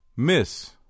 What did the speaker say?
Miss